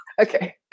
Okay